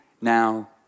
now